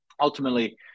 ultimately